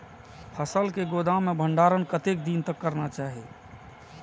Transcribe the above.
फसल के गोदाम में भंडारण कतेक दिन तक करना चाही?